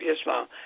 Islam